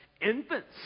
infants